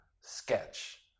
sketch